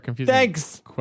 thanks